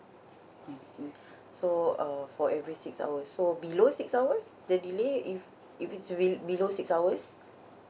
I see so uh for every six hours so below six hours the delay if if it's real~ below six hours